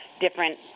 different